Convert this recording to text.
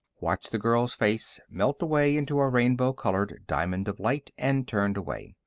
watched the girl's face melt away into a rainbow-colored diamond of light, and turned away.